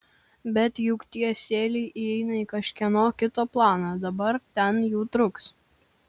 bet juk tie sieliai įeina į kažkieno kito planą dabar ten jų truks